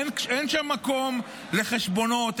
אין שם מקום לחשבונות,